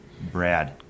Brad